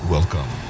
Welcome